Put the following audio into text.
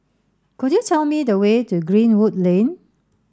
could you tell me the way to Greenwood Lane